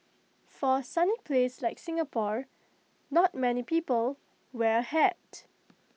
for A sunny place like Singapore not many people wear A hat